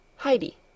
Heidi